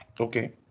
Okay